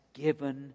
given